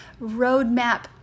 roadmap